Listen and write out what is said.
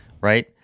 right